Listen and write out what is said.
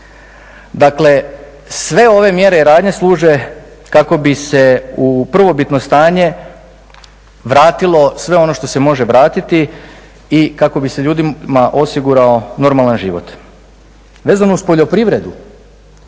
Dakle, sve ove mjere i radnje služe kako bi se u prvobitno stanje vratilo sve ono što se može vratiti i kako bi se ljudima osigurao normalan život. Vezano uz poljoprivredu